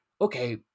okay